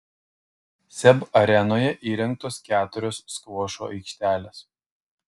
seb arenoje įrengtos keturios skvošo aikštelės